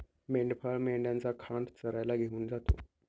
मेंढपाळ मेंढ्यांचा खांड चरायला घेऊन जातो